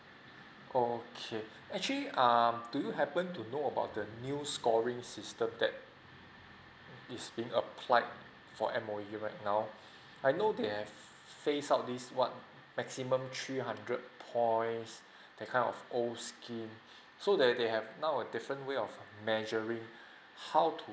okay actually um do you happen to know about the new scoring system that is being applied for M_O_E right now I know they have phased out this what maximum three hundred points that kind of old scheme so that they have now a different way of measuring how to